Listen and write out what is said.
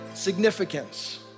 Significance